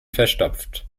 verstopft